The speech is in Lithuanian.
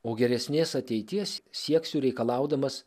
o geresnės ateities sieksiu reikalaudamas